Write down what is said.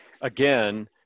again